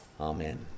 Amen